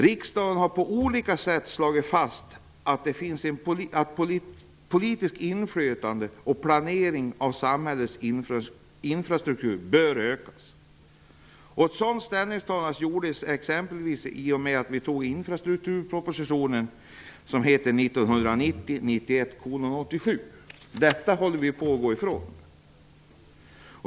Riksdagen har på olika sätt slagit fast att det politiska inflytandet över planeringen av samhällets infrastruktur bör ökas. Ett sådant ställningstagande gjordes t.ex. genom att vi fattade beslut om förslagen i infrastrukturpropositionen, 1990/91:87. Detta håller vi nu på att gå ifrån.